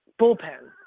bullpen